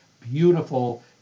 beautiful